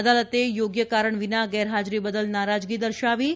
અદાલતે યોગ્ય કારણ વિના ગેરહાજરી બદલ નારજગી દર્શાવી છે